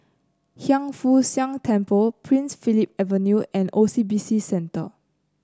Hiang Foo Siang Temple Prince Philip Avenue and O C B C Center